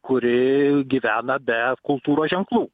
kuri gyvena be kultūros ženklų